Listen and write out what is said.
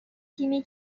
تیمی